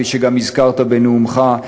שכפי שגם הזכרת בנאומך,